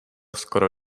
skoro